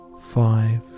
five